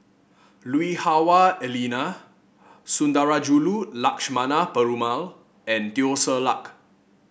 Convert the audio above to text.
Lui Hah Wah Elena Sundarajulu Lakshmana Perumal and Teo Ser Luck